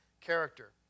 character